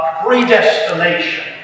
predestination